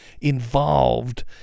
involved